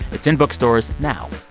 it's in bookstores now.